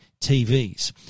TVs